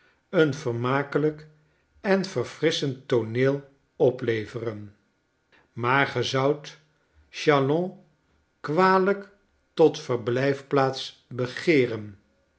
een vermakelijk en verfrisschend tooneel opleveren maar ge zoudt chalons kwalijk tot verblijfplaats begeeren